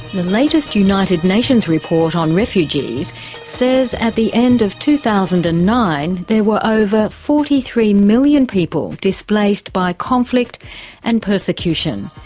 the latest united nations report on refugees says at the end of two thousand and nine there were over forty three million people displaced by conflict and persecution,